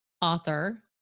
author